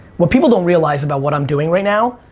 what people don't realize about what i'm doing right now,